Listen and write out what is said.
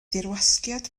dirwasgiad